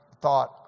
thought